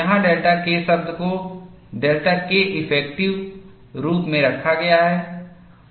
यहाँ delta K शब्द को डेल्टा Keffective रूप में रखा गया है